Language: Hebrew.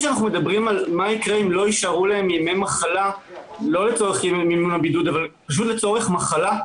כשאנחנו שואלים מה יקרה אם לא יישארו להם ימי מחלה פשוט לצורך מחלה,